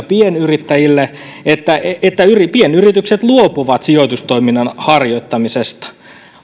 pienyrittäjille että pienyritykset luopuvat sijoitustoiminnan harjoittamisesta